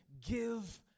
give